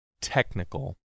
technical